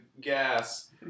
gas